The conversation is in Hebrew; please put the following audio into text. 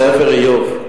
בספר איוֹב,